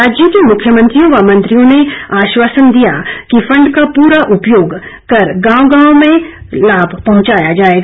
राज्यों के मुख्यमंत्रियों व मंत्रियों ने आश्वासन दिया कि फंड का पूरा उपयोग कर गांव गांव में इसका लाभ पहुंचाया जाएगा